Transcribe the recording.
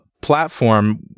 platform